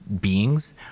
beings